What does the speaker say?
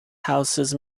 houses